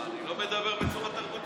מה, אני לא מדבר בצורה תרבותית?